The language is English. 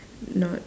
not